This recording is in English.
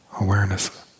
awareness